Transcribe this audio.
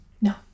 No